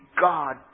God